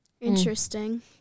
Interesting